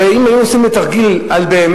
הרי אם היו עושים תרגיל באמת,